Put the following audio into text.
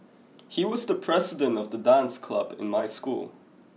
he was the president of the dance club in my school